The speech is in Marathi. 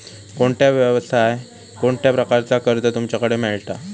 कोणत्या यवसाय कोणत्या प्रकारचा कर्ज तुमच्याकडे मेलता?